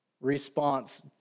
response